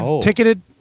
ticketed